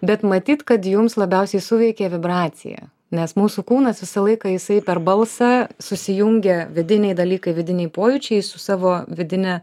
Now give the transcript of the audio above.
bet matyt kad jums labiausiai suveikė vibracija nes mūsų kūnas visą laiką jisai per balsą susijungia vidiniai dalykai vidiniai pojūčiai su savo vidine